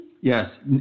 Yes